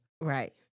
Right